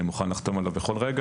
אני מוכן לחתום עליו בכל רגע.